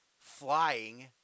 flying